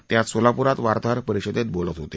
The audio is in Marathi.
ते आज सोलापूरात वार्ताहर परिषदेत बोलत होते